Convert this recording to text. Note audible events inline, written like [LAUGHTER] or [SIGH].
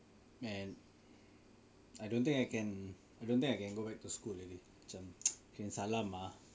man I don't think I can I don't think I can go back to school already macam [NOISE] kirim salam ah